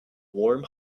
warm